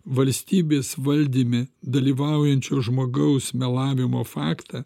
valstybės valdyme dalyvaujančio žmogaus melavimo faktą